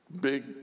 big